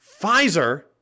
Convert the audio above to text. Pfizer-